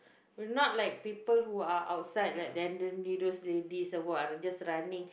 would not like people who are outside like that randomly those ladies who are just running